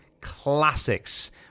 classics